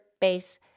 base